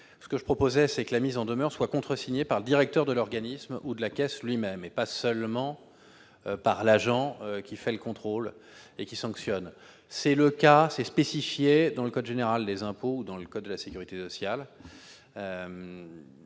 demeure notifiant la pénalité soit contresignée par le directeur de l'organisme ou de la caisse lui-même, et non pas seulement par l'agent qui fait le contrôle et qui sanctionne. Ce contreseing est spécifié dans le code général des impôts ou dans le code de la sécurité sociale